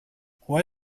why